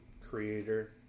creator